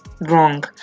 Wrong